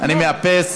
אני מאפס.